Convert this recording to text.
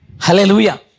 Hallelujah